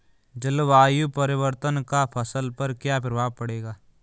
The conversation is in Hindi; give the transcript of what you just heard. जलवायु परिवर्तन का फसल पर क्या प्रभाव पड़ेगा?